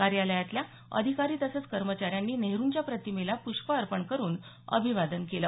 कार्यालयातल्या अधिकारी तसंच कर्मचाऱ्यांनी नेहरुंच्या प्रतिमेला प्रष्प अर्पण करुन अभिवादन केलं